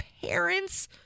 parents